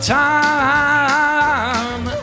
time